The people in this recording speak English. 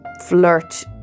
Flirt